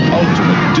ultimate